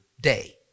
Day